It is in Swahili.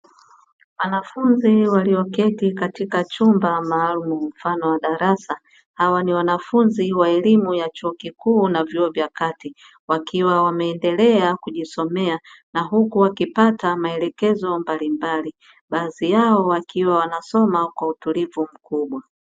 Wanafunzi walioketi katika chumba maalumu mfano wa darasa, hawa ni wanafunzi wa elimu ya chuo kikuu na vyuo vya kati wakiwa wameendelea kujisomea na huku wakipata maelekezo mbalimbali; baadhi yao wakiwa wanasoma kwa utulivu mkubwa.